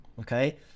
okay